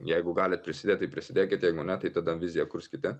jeigu galit prisidėt tai prisidėkite jeigu ne tai tada viziją kurskite